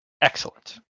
Excellent